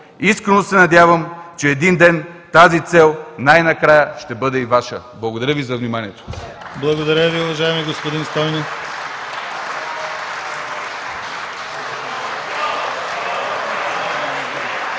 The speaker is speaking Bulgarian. Искрено се надявам, че един ден тази цел най-накрая ще бъде и Ваша. Благодаря Ви за вниманието.